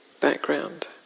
background